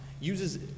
uses